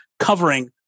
covering